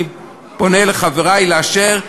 אני פונה לחברי לאשר.